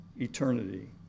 eternity